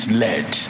led